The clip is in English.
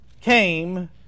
came